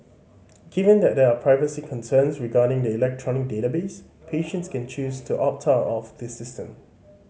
given that there are privacy concerns regarding the electronic database patients can choose to opt out of the system